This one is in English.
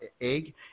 egg